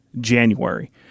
January